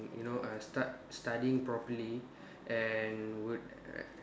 you know uh start studying properly and would